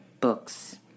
books